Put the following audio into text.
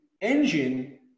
engine